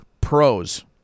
pros